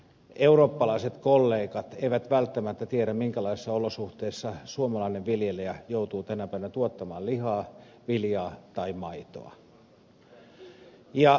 eurooppalaiset kollegat eivät välttämättä tiedä minkälaisissa olosuhteissa suomalainen viljelijä joutuu tänä päivänä tuottamaan lihaa viljaa tai maitoa